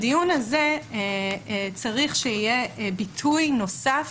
בדיון הזה צריך שיהיה ביטוי נוסף